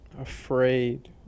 afraid